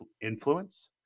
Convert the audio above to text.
influence